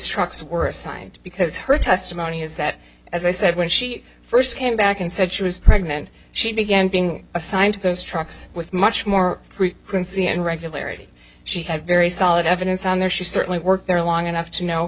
trucks were assigned because her testimony is that as i said when she first came back and said she was pregnant she began being assigned to those trucks with much more frequency and regularity she had very solid evidence on there she certainly worked there long enough to know